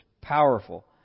powerful